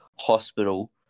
hospital